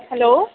hello